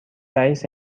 رئیس